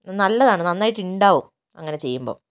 നല്ലതാണ് നന്നായിട്ടുണ്ടാവും അങ്ങനെ ചെയ്യുമ്പോൾ